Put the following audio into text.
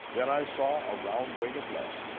then i saw a round weight of lead,